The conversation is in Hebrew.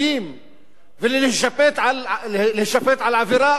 ולהישפט על עבירה שהיא גם פלילית